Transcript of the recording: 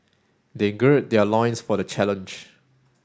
they gird their loins for the challenge